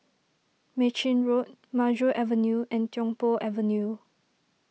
Mei Chin Road Maju Avenue and Tiong Poh Avenue